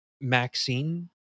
Maxine